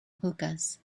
hookahs